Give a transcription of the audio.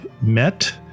met